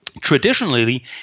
Traditionally